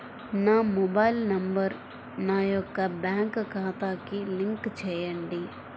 నా mobile number నా యొక్క బ్యాంక్ ఖాతాకి లింక్ చేయండీ?